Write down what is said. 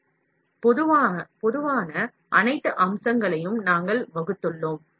எனவே பொதுவான அனைத்து அம்சங்களையும் நாம் வகுத்துள்ளோம்